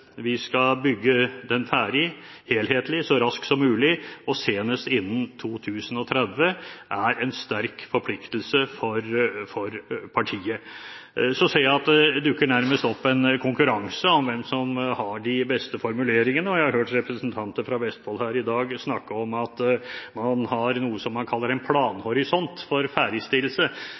vi skal bygge den ferdig, helhetlig, så raskt som mulig og senest innen 2030, er en sterk forpliktelse for partiet. Så ser jeg at vi nærmest får en konkurranse om hvem som har de beste formuleringene, og jeg har hørt representanter fra Vestfold her i dag snakke om at man har noe man kaller en planhorisont for ferdigstillelse.